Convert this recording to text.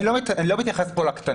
אני לא מתייחס פה לקטנות,